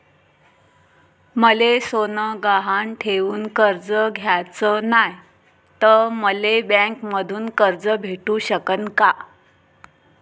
मले सोनं गहान ठेवून कर्ज घ्याचं नाय, त मले बँकेमधून कर्ज भेटू शकन का?